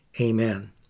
amen